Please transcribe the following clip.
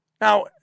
Now